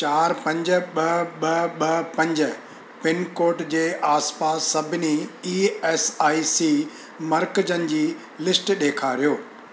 चार पंज ॿ ॿ ॿ पंज पिनकोड जे आसपास सभिनी ई एस आई सी मर्कज़नि जी लिस्ट ॾेखारियो